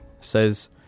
says